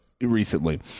recently